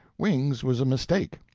wings was a mistake.